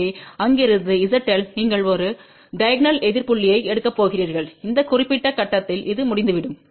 எனவே அங்கிருந்து zL நீங்கள் ஒரு டைகோநல் எதிர் புள்ளியை எடுக்கப் போகிறீர்கள் இந்த குறிப்பிட்ட கட்டத்தில் அது முடிந்துவிடும்